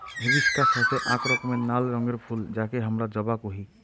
hibiscus হসে আক রকমের নাল রঙের ফুল যাকে হামরা জবা কোহি